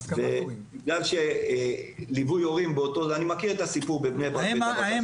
אני מכיר את הסיפור בבני ברק --- האם